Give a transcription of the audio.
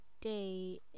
Day